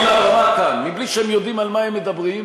לבמה כאן מבלי שהם יודעים על מה הם מדברים,